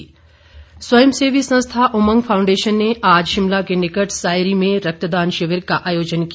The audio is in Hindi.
उमंग स्वयं सेवी संस्था उमंग फाउंडेशन ने आज शिमला के निकट सायरी में रक्तदान शिविर का आयोजन किया